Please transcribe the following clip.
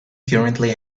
currently